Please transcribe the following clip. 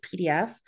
PDF